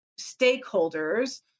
stakeholders